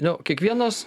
nu kiekvienas